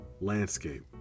Landscape